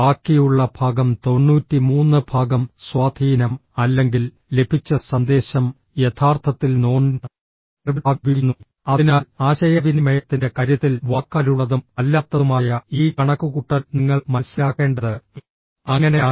ബാക്കിയുള്ള ഭാഗം 93 ഭാഗം സ്വാധീനം അല്ലെങ്കിൽ ലഭിച്ച സന്ദേശം യഥാർത്ഥത്തിൽ നോൺ വെർബൽ ഭാഗം ഉപയോഗിക്കുന്നു അതിനാൽ ആശയവിനിമയത്തിന്റെ കാര്യത്തിൽ വാക്കാലുള്ളതും അല്ലാത്തതുമായ ഈ കണക്കുകൂട്ടൽ നിങ്ങൾ മനസ്സിലാക്കേണ്ടത് അങ്ങനെയാണ്